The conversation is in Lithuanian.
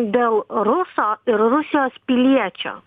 dėl ruso ir rusijos piliečio